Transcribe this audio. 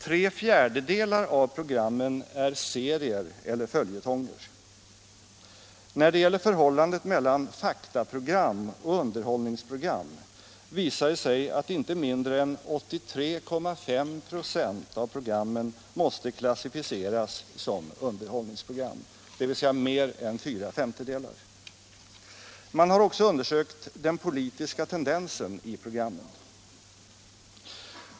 Tre fjärdedelar av programmen var serier eller följetonger. När det gäller förhållandet mellan faktaprogram och underhållningsprogram visade det sig att inte mindre än 83,5 96 av programmen måste klassificeras som underhållningsprogram, dvs. mer än fyra femtedelar. Man har också undersökt den politiska tendensen i programmen.